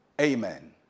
Amen